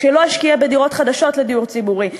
כשלא השקיעה בדירות חדשות לדיור ציבורי,